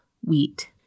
wheat